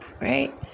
right